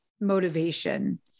motivation